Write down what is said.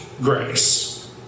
grace